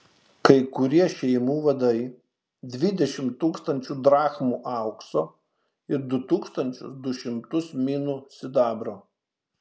kai kurie šeimų vadai dvidešimt tūkstančių drachmų aukso ir du tūkstančius du šimtus minų sidabro